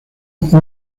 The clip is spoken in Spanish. usa